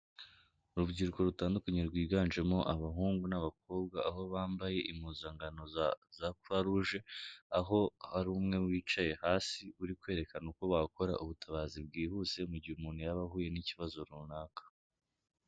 Urubyiruko rutandukanye rwiganjemo abahungu n'abakobwa, aho bambaye impuzangano za croix rouge, aho hari umwe wicaye hasi uri kwerekana uko bakora ubutabazi bwihuse, mu gihe umuntu yaba ahuye n'ikibazo runaka.